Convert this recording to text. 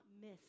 miss